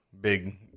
big